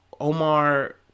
Omar